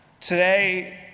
Today